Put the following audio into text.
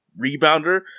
rebounder